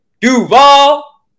Duval